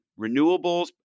renewables